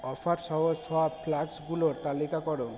offer সহ সব ফ্লাস্কগুলোর তালিকা করো